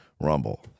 rumble